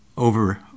over